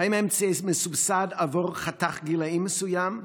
האם האמצעי מסובסד עבור חתך גילאים מסוים?